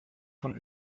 von